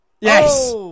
Yes